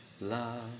Love